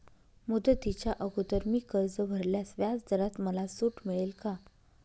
मुदतीच्या अगोदर मी कर्ज भरल्यास व्याजदरात मला सूट मिळेल का?